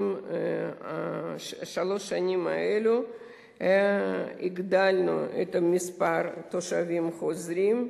בשלוש השנים האלה הגדלנו את מספר התושבים החוזרים.